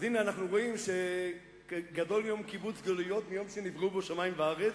אז הנה אנחנו רואים שגדול יום קיבוץ גלויות מיום שנבראו בו שמים וארץ,